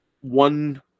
one